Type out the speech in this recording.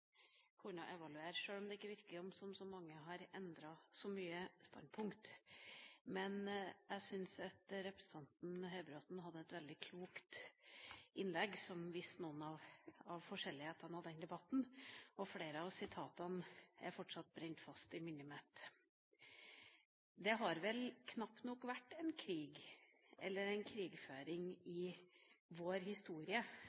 kunne evaluere, sjøl om det ikke virker som om så mange har endret så mye standpunkt. Men jeg syns at representanten Høybråten hadde et veldig klokt innlegg, som viste noen av forskjellene i denne debatten. Flere av sitatene er fortsatt brent fast i minnet mitt. Det har vel knapt nok vært en krig, eller en krigføring,